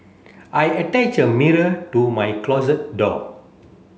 I attach a mirror to my closet door